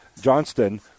Johnston